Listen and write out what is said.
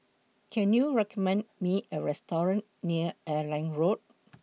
Can YOU recommend Me A Restaurant near Airline Road